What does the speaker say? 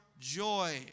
joy